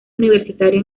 universitario